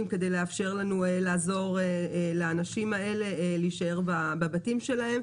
כדי לאפשר לנו לעזור לאנשים האלה להישאר בבתים שלהם.